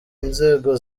inzego